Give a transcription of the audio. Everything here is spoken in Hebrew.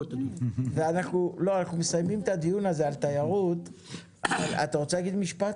אתה רוצה להגיד משפט?